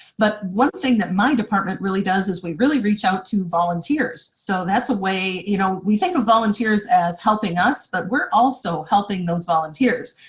but one thing that my department really does is we really reach out to volunteers. so that's a way, you know, we think of volunteers as helping us, but we're also helping those volunteers.